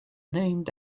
named